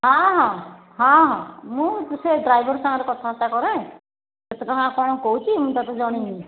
ହଁ ହଁ ହଁ ହଁ ମୁଁ ସେ ଡ୍ରାଇଭର୍ ସାଙ୍ଗରେ କଥାବାର୍ତ୍ତା କରେ କେତେ ଟଙ୍କା କ'ଣ କହୁଛି ମୁଁ ତତେ ଜଣାଇବି